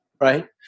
Right